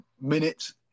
minutes